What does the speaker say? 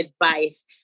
advice